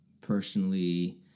personally